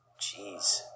jeez